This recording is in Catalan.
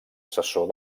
assessor